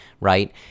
right